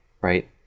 Right